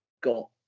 got